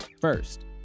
First